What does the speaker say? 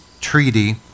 treaty